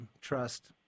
trust